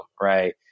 right